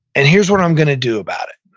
and here's what i'm going to do about it.